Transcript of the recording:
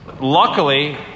luckily